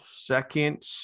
second